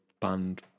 band